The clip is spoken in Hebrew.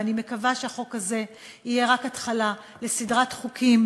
ואני מקווה שהחוק הזה יהיה רק התחלה לסדרת חוקים,